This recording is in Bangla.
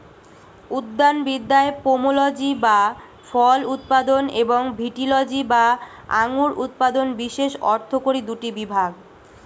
উদ্যানবিদ্যায় পোমোলজি বা ফল উৎপাদন এবং ভিটিলজি বা আঙুর উৎপাদন বিশেষ অর্থকরী দুটি বিভাগ